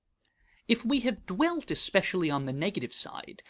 if we have dwelt especially on the negative side,